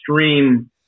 extreme